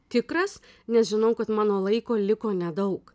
tikras nes žinau kad mano laiko liko nedaug